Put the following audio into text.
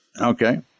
okay